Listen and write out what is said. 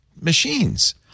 machines